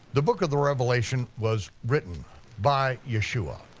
the book of the revelation was written by yeshua.